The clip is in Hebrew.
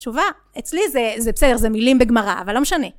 תשובה, אצלי זה בסדר, זה מילים בגמרא, אבל לא משנה.